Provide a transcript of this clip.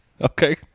Okay